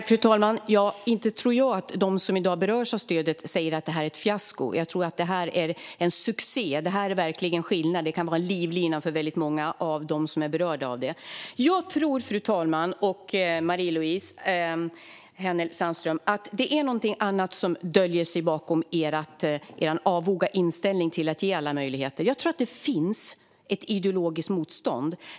Fru talman! Inte tror jag att de som i dag berörs av stödet tycker att det är ett fiasko. Jag tror att det är en succé som verkligen gör skillnad. Det kan vara en livlina för många av dem som är berörda av det. Fru talman! Jag tror att det är någonting annat som döljer sig bakom er avoga inställning till att ge alla möjligheten. Jag tror att det finns ett ideologiskt motstånd.